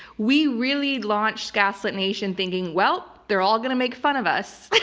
we really launched gaslit nation thinking, well, they're all gonna make fun of us. but